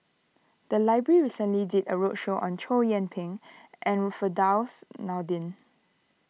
the library recently did a roadshow on Chow Yian Ping and Firdaus Nordin